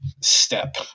step